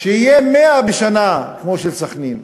שיהיו 100 בשנה כמו סח'נין.